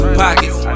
pockets